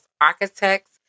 architects